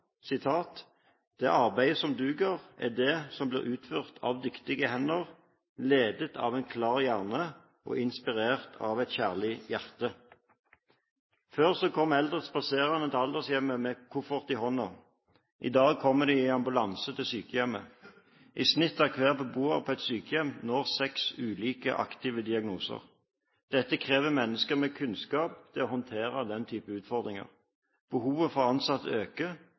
Det arbeidet som duger, er det som blir utført av dyktige hender, ledet av en klar hjerne og inspirert av et kjærlig hjerte. Før kom eldre spaserende til aldershjemmet med koffert i hånden. I dag kommer de i ambulanse til sykehjemmet. I snitt har hver beboer på et sykehjem nå seks ulike aktive diagnoser. Dette krever mennesker med kunnskap til å håndtere den typen utfordringer. Behovet for ansatte øker,